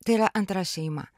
tai yra antra šeima